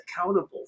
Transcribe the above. accountable